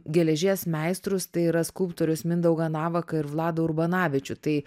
geležies meistrus tai yra skulptorius mindaugą navaką ir vladą urbanavičių tai